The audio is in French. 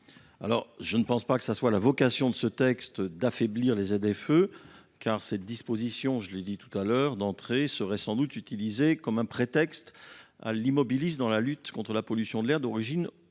Je ne pense pas que ça soit la vocation de ce texte d'affaiblir les F E car cette disposition, je l'ai dit tout à l'heure d'entrée serait sans doute utilisée comme un prétexte à l'immobilise dans la lutte contre la pollution de l'air d'origine automobile